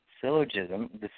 syllogism